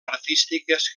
artístiques